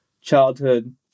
childhood